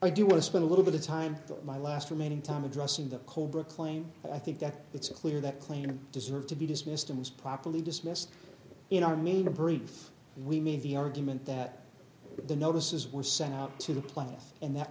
i do want to spend a little bit of time my last remaining time addressing the cobra claim i think that it's clear that claim to deserve to be dismissed and is properly dismissed in our media brief we made the argument that the notices were sent out to the planet earth and that